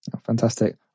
Fantastic